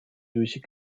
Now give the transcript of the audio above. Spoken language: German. durch